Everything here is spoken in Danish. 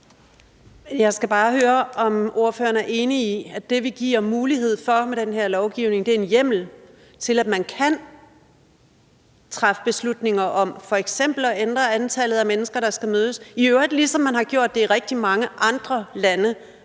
Jeg skal bare høre, om ordføreren er enig i, at det, vi giver mulighed for med den her lovgivning, er en hjemmel til, at man kan træffe beslutninger om f.eks. at ændre antallet af mennesker, der skal mødes, i øvrigt ligesom de har gjort det i rigtig mange andre lande,